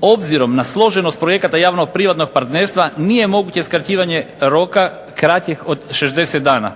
Obzirom na složenost projekata javno-privatnog partnerstva nije moguće skraćivanje roka kraćeg od 60 dana.